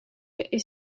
est